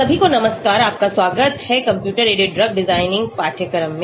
सभी को नमस्कार आपका स्वागत है कंप्यूटर एडेड ड्रग डिज़ाइन पाठ्यक्रम में